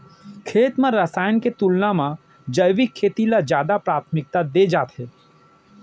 खेत मा रसायन के तुलना मा जैविक खेती ला जादा प्राथमिकता दे जाथे